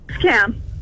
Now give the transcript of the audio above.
Cam